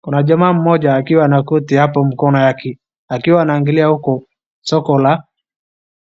Kuna jamaa mmoja akiwa na koti hapo mkono yake akiwa anaangalia huko soko la